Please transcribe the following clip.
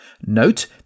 Note